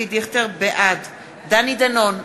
בעד דני דנון,